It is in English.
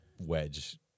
Wedge